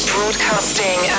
Broadcasting